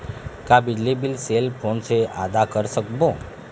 का बिजली bill cell phone से आदा कर सकबो?